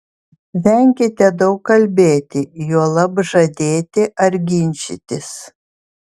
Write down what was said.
venkite daug kalbėti juolab žadėti ar ginčytis